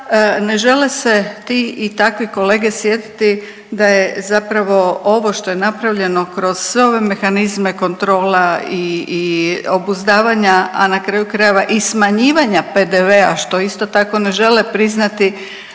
ne žele se ti i takve kolege sjetiti da je zapravo ovo što je napravljeno kroz sve ove mehanizme kontrola i obuzdavanja, a na kraju krajeva i smanjivanja PDV-a što isto tako ne žele priznati